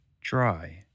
dry